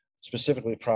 specifically